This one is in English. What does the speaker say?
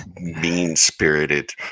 mean-spirited